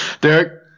Derek